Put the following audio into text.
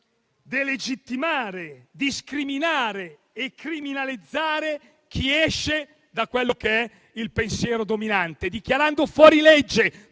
delegittimare, discriminare e criminalizzare chi esce dal pensiero dominante, dichiarando fuorilegge